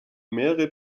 mehrere